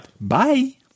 Bye